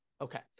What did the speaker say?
Okay